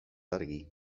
argi